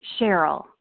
Cheryl